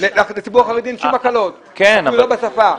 לציבור החרדי אין כל הקלות, אפילו לא בשפה.